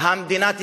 המדינה תסרב.